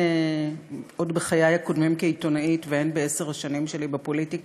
הן עוד בחיי הקודמים כעיתונאית והן בעשר השנים שלי בפוליטיקה,